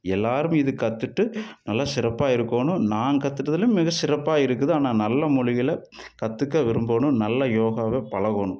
எல்லோரும் இது கத்துகிட்டு நல்லா சிறப்பா இருக்கணும் நான் கத்துகிட்டதுலயும் மிக சிறப்பாக இருக்குது ஆனால் நல்ல மொழிகளை கற்றுக்க விரும்பணும் நல்ல யோகாவை பழகணும்